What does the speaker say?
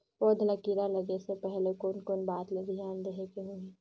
पौध ला कीरा लगे से पहले कोन कोन बात ला धियान देहेक होही?